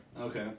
Okay